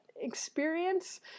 experience